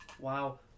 Wow